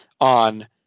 On